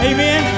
Amen